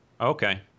Okay